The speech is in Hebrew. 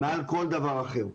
מעל כל דבר אחר,